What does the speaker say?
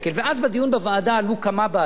ואז, בדיון בוועדה עלו כמה בעיות.